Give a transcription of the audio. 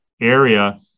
area